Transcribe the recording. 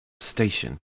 station